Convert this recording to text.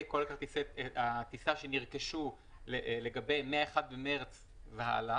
כל כרטיסי הטיסה שנרכשו מ-1 במרץ והלאה.